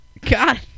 God